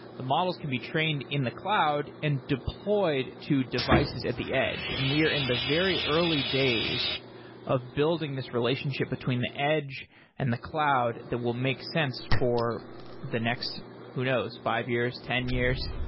the models can be trained in the cloud and deployed to devices at the edge, and we are in the very early days of building this relationship between the edge and the cloud that will make sense for the next who knows? five years? ten years?